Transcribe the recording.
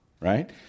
Right